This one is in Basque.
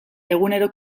egunero